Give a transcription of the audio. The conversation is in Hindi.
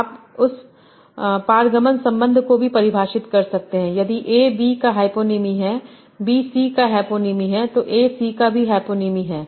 आप उस पारगमन संबंध को भी परिभाषित कर सकते हैं यदि A B का हैपोनीमी है B C का हैपोनीमी है तो A C का भी हैपोनीमी है